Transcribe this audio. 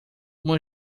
uma